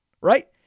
right